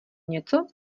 něco